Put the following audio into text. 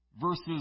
versus